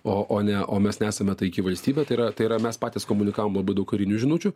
o o ne o mes nesame taiki valstybė tai yra tai yra mes patys komunikavom labai daug karinių žinučių